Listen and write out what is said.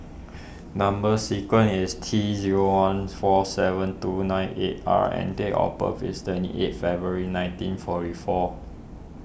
Number Sequence is T zero one four seven two nine eight R and date of birth is twenty eight February nineteen forty four